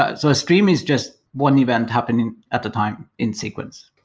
ah so a stream is just one event happening at the time in sequence.